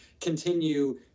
continue